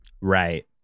Right